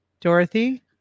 Dorothy